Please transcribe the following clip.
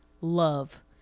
love